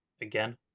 again